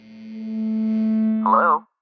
hello